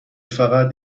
فقط